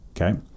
Okay